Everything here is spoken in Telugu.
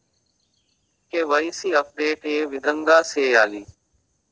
కె.వై.సి అప్డేట్ ఏ విధంగా సేయాలి?